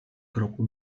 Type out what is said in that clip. kroku